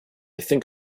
think